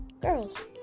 girls